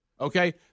Okay